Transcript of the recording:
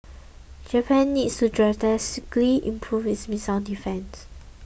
Japan needs to drastically improve its missile defence